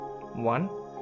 One